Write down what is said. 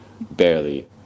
barely